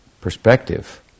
perspective